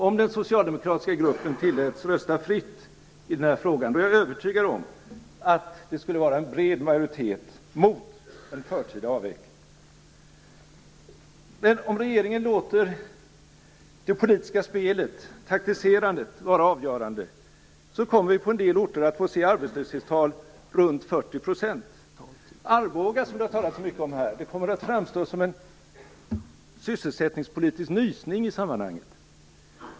Om den socialdemokratiska gruppen tilläts rösta fritt i frågan är jag övertygad om att det skulle bli en bred majoritet mot en förtida avveckling. Men om regeringen låter det politiska spelet, taktiserandet, vara avgörande kommer vi att få se arbetslöshetstal på runt 40 % på en del orter. Arboga, som det har talats så mycket om här, kommer att framstå som en sysselsättningspolitisk nysning i sammanhanget.